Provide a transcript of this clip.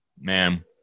man